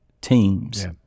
teams